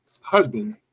husband